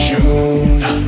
June